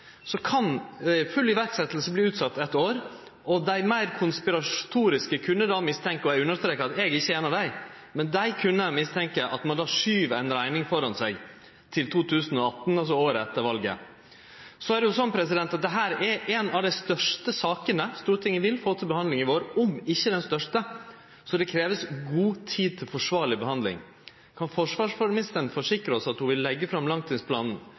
kan full iverksetjing verte utsett eitt år. Dei meir konspiratoriske kunne då mistenkje – og eg understrekar at eg ikkje er ein av dei – at ein skyv ei rekning framføre seg til 2018, altså året etter valet. Det er slik at dette er ei av dei største sakene Stortinget vil få til behandling i vår – om ikkje den største – så det krevst god tid til forsvarleg behandling. Kan forsvarsministeren forsikre oss om at ho vil leggje fram langtidsplanen